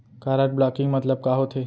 Card blocking मतलब का होथे?